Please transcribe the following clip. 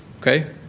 Okay